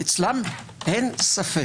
אין ספק.